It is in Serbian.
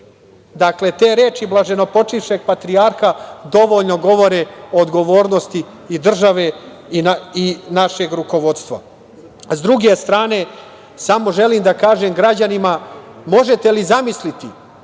Dakle, te reči blaženopočivšeg patrijarha dovoljno govore o odgovornosti i države i našeg rukovodstva.S druge strane, samo želim da kažem građanima – možete li zamisliti